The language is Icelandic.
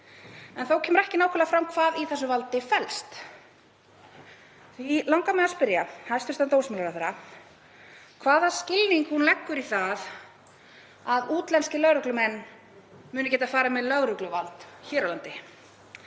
en þó kemur ekki nákvæmlega fram hvað í þessu valdi felst. Því langar mig að spyrja hæstv. dómsmálaráðherra hvaða skilning hún leggur í það að útlenskir lögreglumenn muni geta farið með lögregluvald hér á landi.